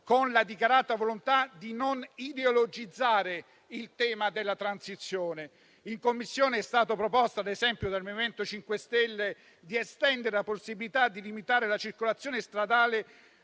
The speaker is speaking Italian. con la dichiarata volontà di non ideologizzare il tema della transizione. In Commissione è stato, ad esempio, proposto dal MoVimento 5 Stelle di estendere la possibilità di limitare la circolazione stradale